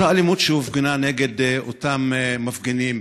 אותה אלימות שהופגנה נגד אותם מפגינים,